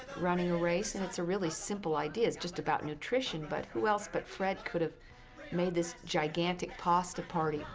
running a race, and it's a really simple idea. it's just about nutrition, but who else but fred could have made this gigantic pasta party? ah